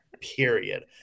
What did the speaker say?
period